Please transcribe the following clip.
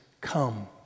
come